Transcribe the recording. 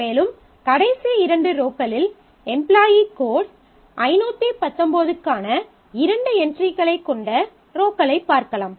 மேலும் கடைசி இரண்டு ரோக்களில் எம்ப்லாயீ கோட் 519 க்கான இரண்டு என்ட்ரிக்களைக் கொண்ட ரோக்களைப் பார்க்கலாம்